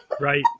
Right